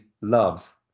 love